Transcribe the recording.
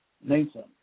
Nathan